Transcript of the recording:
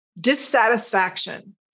dissatisfaction